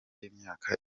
y’imyaka